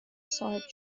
صاحب